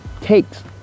takes